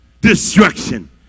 destruction